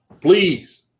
Please